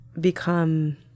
become